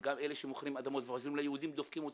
גם אלה שמוכרים אדמות ועוזרים ליהודים אנחנו דופקים.